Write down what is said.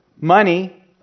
money